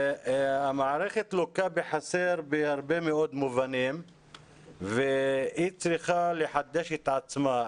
המערכת לוקה בחסר הרבה מאוד מובנים והיא צריכה לחדש את עצמה.